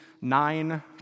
nine